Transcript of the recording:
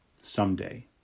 someday